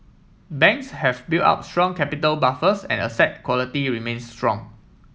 banks have built up strong capital buffers and asset quality remains strong